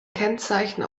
kennzeichen